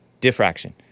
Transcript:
Diffraction